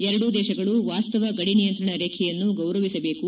ಎರಡೂ ದೇಶಗಳು ವಾಸ್ತವ ಗಡಿ ನಿಯಂತ್ರಣ ರೇಖೆಯನ್ನು ಗೌರವಿಸಬೇಕು